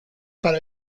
para